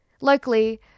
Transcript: Locally